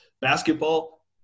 basketball